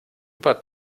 über